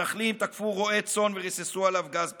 מתנחלים תקפו רועה צאן וריססו עליו גז פלפל,